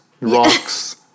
rocks